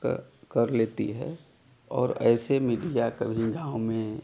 का कर लेती है और ऐसे मीडिया कभी गाँव में